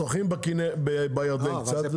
הם שוחים בירדן קצת.